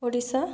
Odisha